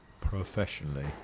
professionally